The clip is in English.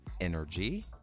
energy